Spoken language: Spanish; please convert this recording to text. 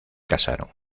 casaron